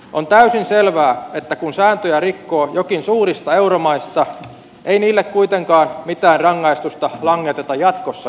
on täysin selvää että kun sääntöjä rikkoo jokin suurista euromaista ei niille kuitenkaan mitään rangaistusta langeteta jatkossakaan